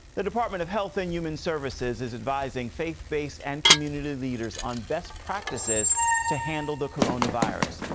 the department of health and human services is advising faith-based and community leaders on best practices to handle the coronavirus,